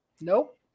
Nope